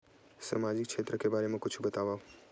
सामाजिक क्षेत्र के बारे मा कुछु बतावव?